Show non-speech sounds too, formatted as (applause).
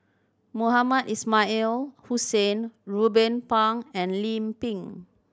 Mohamed (unintelligible) Hussain Ruben Pang and Lim Pin